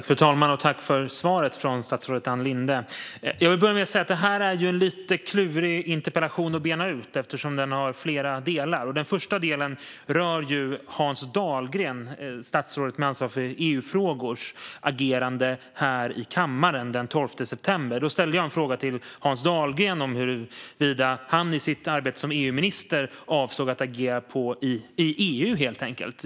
Fru talman! Tack för svaret från statsrådet Ann Linde. Jag vill börja med att säga att det är en lite klurig interpellation att bena ut eftersom den har flera delar. Den första delen rör Hans Dahlgrens, statsrådet med ansvar för EU-frågor, agerande här i kammaren den 12 september. Då ställde jag en fråga till Hans Dahlgren om huruvida han i sitt arbete som EU-minister avsåg att agera i EU, helt enkelt.